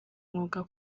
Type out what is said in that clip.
umwuga